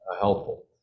helpful